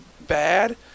bad